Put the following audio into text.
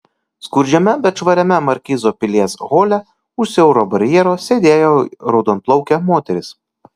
skurdžiame bet švariame markizo pilies hole už siauro barjero sėdėjo raudonplaukė moteris